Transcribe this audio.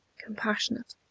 compassionate,